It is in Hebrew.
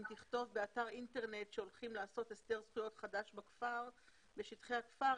אם תכתוב באתר אינטרנט שהולכים לעשות הסדר זכויות חדש בשטחי הכפר,